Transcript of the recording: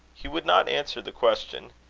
he would not answer the question.